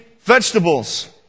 vegetables